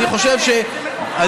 אני חושב שלשקר,